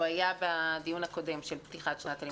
היה בדיון הקודם של פתיחת שנת הלימודים.